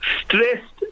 stressed